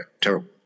terrible